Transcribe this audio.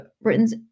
Britain's